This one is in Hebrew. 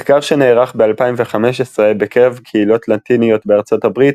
מחקר שנערך ב-2015 בקרב קהילות לטיניות בארצות הברית,